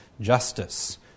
justice